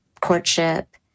courtship